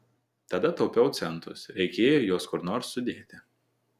tada taupiau centus reikėjo juos kur nors sudėti